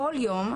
כל יום,